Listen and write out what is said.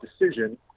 decision